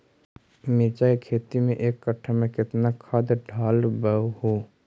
मिरचा के खेती मे एक कटा मे कितना खाद ढालबय हू?